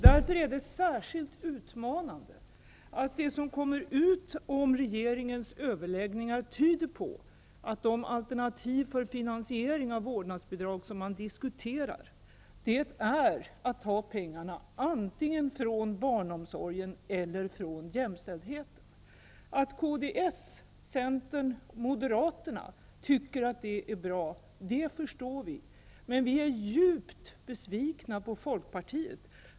Därför är det särskilt utmanande att det som kommer ut om regeringens överläggningar tyder på att de alternativ för finansiering av vårdnadsbidrag som man diskuterar är att ta pengarna antingen från barnomsorgen eller jämställdheten. Att kds, Centern och Moderaterna tycker att det är bra, det förstår vi. Men vi är djupt besvikan på Folkpartiet.